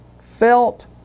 felt